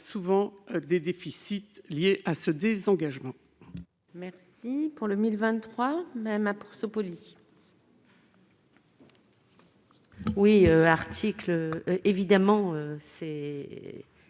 connaît des déficits liés à ces désengagements.